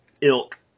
ilk